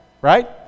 right